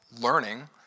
learning